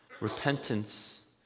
Repentance